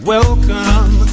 Welcome